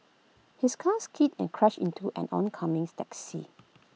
his car skidded and crashed into an oncoming taxi